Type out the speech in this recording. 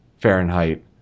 Fahrenheit